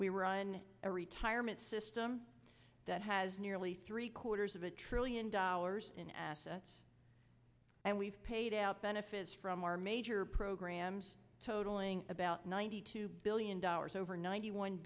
we run a retirement system that has nearly three quarters of a trillion dollars in assets and we've paid out benefits from our major programs totaling about ninety two billion dollars over ninety one